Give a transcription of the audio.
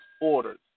orders